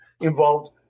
involved